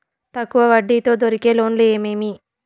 తక్కువ వడ్డీ తో దొరికే లోన్లు ఏమేమి